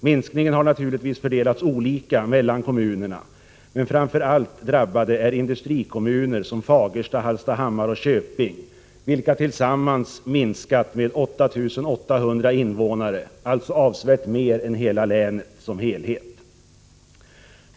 Minskningen har naturligtvis fördelats olika mellan kommunerna, men drabbade är framför allt industrikommuner som Fagersta, Hallstahammar och Köping, vilka tillsammans minskat med 8 800 invånare, alltså avsevärt mer än länet som helhet.